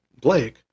Blake